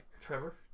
trevor